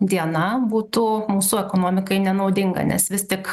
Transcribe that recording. diena būtų mūsų ekonomikai nenaudinga nes vis tik